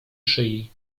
szyi